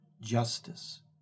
justice